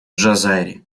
джазайри